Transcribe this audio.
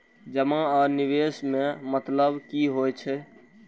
जमा आ निवेश में मतलब कि होई छै?